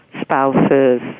spouses